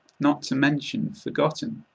not to mention forgotten.